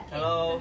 Hello